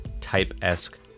type-esque